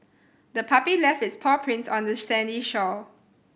the puppy left its paw prints on the sandy shore